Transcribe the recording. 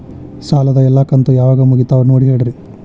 ಸಾಲದ ಎಲ್ಲಾ ಕಂತು ಯಾವಾಗ ಮುಗಿತಾವ ನೋಡಿ ಹೇಳ್ರಿ